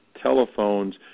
telephones